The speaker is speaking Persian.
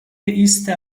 ایست